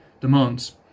demands